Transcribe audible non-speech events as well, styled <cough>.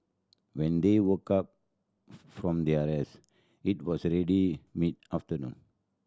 when they woke up <unintelligible> from their rest it was already mid afternoon